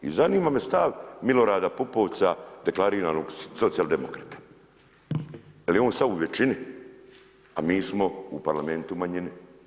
I zanima me stav Milorada Pupovca deklariranog socijaldemokrata jeli on sada u većini, a mi smo u Parlamentu u manjini.